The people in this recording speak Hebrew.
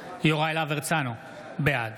(קורא בשם חבר הכנסת) יוראי להב הרצנו, בעד